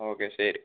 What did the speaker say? okay ശരി